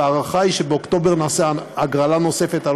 וההערכה היא שבאוקטובר נעשה הגרלה נוספת על